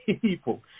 people